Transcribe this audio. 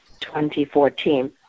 2014